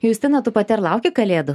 justina tu pati ar lauki kalėdų